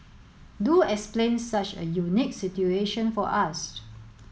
do explain such a unique situation for us